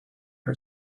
her